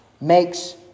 makes